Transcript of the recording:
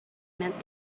meant